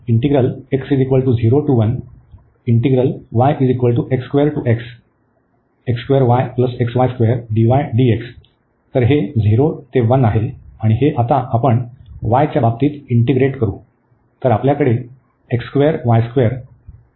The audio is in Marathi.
तर हे 0 ते 1आहे आणि हे आता आपण y च्या बाबतीत इंटीग्रेट करू